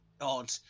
odd